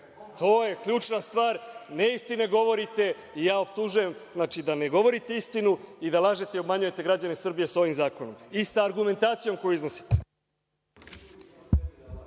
to je ključna stvar. Neistine govorite i optužujem vas da ne govorite istinu i da lažete i obmanjujete građane Srbije ovim zakonom i sa argumentacijom koju iznosite.